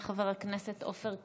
חבר הכנסת עופר כסיף,